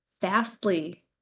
vastly